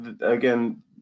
again